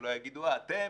שלא יגידו: אתם